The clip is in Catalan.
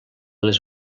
les